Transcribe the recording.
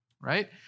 right